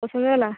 ପସନ୍ଦ ହେଲା